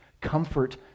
Comfort